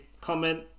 comment